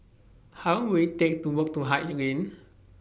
How Long Will IT Take to Walk to Haig Lane